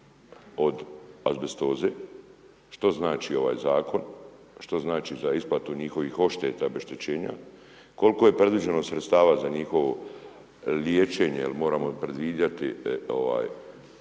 od azbestoze što znači ovaj zakona, što znači za isplatu njihovih odšteta, obeštećenja? Koliko je predviđeno sredstava za njihovo liječenje jer moramo i predviđati to?